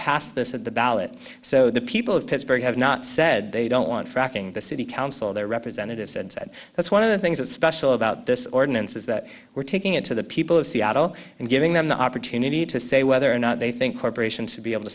passed this at the ballot so the people of pittsburgh have not said they don't want fracking the city council their representatives and said that's one of the things that special about this ordinance is that we're taking it to the people of seattle and giving them the opportunity to say whether or not they think corporations to be able to